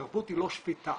תרבות היא לא שפיטה.